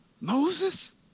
Moses